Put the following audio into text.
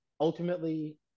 Ultimately